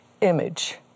image